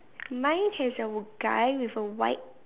mine has a guy with a white